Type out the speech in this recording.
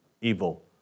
evil